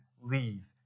leave